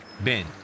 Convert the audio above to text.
Ben